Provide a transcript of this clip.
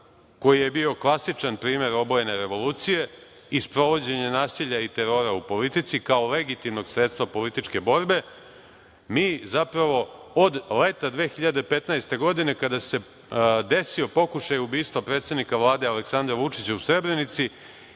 koji je bio klasičan primer obojene revolucije i sprovođenje nasilja i terora u politici kao legitimnog sredstva političke borbe mi zapravo od leta 2015. godine, kada se desio pokušaj ubistva predsednika Vlade, Aleksandra Vučića, u Srebrenici,